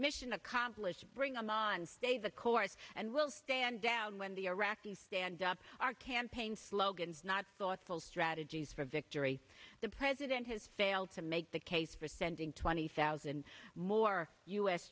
mission accomplished bring on stay the course and we'll stand down when the iraqis stand up our campaign slogans not thoughtful strategies for victory the president has failed to make the case for sending twenty thousand more u